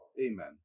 Amen